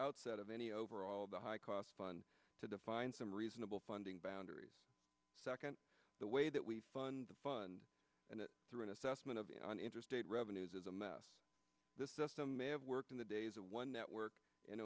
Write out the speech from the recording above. outset of any overall the high cost fund to define some reasonable funding boundary second the way that we fund the fund and it through an assessment of an interstate revenues is a mess the system may have worked in the days of one network